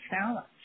challenge